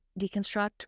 deconstruct